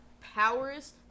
powers